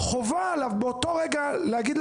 אני עושה הכול לבד בלי שקל, יהיה